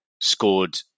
scored